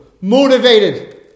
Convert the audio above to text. Motivated